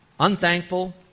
unthankful